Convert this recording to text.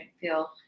feel